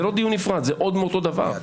זה לא דיון נפרד, זה עוד מאותו דבר.